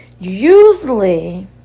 Usually